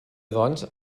doncs